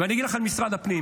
ואני אגיד לך על משרד הפנים.